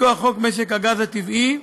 מכוח חוק משק הגז הטבעי,